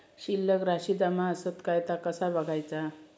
शिल्लक राशी जमा आसत काय ता कसा बगायचा?